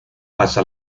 pasa